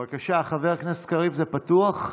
בבקשה, חבר הכנסת קריב, זה פתוח?